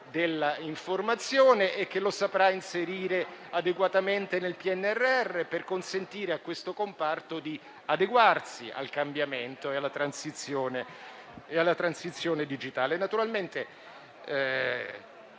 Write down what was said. dell'informazione e che lo saprà inserire adeguatamente nel PNRR, per consentire a questo comparto di adeguarsi al cambiamento e alla transizione digitale.